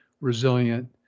resilient